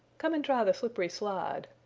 come and try the slippery slide.